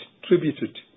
distributed